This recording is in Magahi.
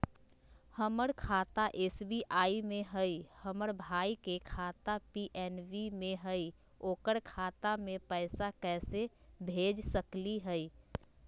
हमर खाता एस.बी.आई में हई, हमर भाई के खाता पी.एन.बी में हई, ओकर खाता में पैसा कैसे भेज सकली हई?